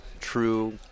true